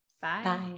Bye